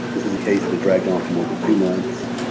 this was a case that dragged on for more than two months.